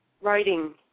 writing